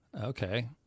Okay